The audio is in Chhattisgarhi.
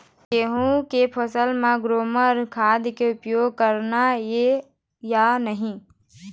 गेहूं के फसल म ग्रोमर खाद के उपयोग करना ये या नहीं?